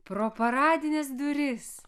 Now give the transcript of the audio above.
pro paradines duris